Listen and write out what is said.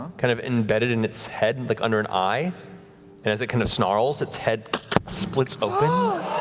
kind of embedded in its head, and like under an eye and as it kind of snarls, its head splits ah